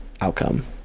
outcome